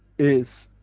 is,